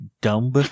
Dumb